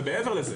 מעבר לזה,